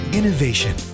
Innovation